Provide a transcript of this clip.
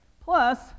Plus